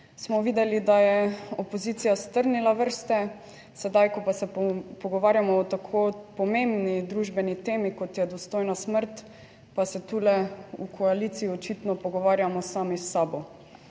smo videli, da je opozicija strnila vrste. Sedaj, ko pa se pogovarjamo o tako pomembni družbeni temi kot je dostojna smrt, pa se tule v koaliciji očitno pogovarjamo sami s sabo.